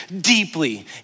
deeply